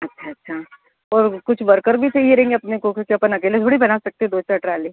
अच्छा अच्छा और कुछ वर्कर भी चाहिए रहेंगे अपने को क्योंकि अपन अकेले थोड़ी बना सकते हैं दो चार ट्रोल्ली